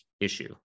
issue